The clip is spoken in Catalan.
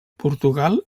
portugal